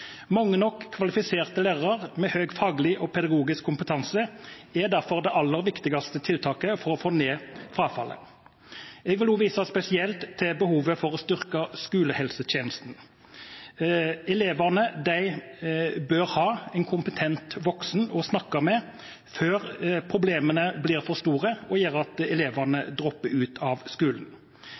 Mange nok kvalifiserte lærere med høy faglig og pedagogisk kompetanse er derfor det aller viktigste tiltaket for å få ned frafallet. Jeg vil også vise spesielt til behovet for å styrke skolehelsetjenesten. Elevene bør ha en kompetent voksen å snakke med før problemene blir for store og gjør at elevene dropper ut av skolen.